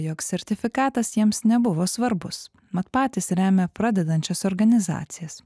jog sertifikatas jiems nebuvo svarbus mat patys remia pradedančias organizacijas